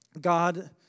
God